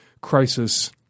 crisis –